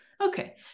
okay